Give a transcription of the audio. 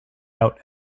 out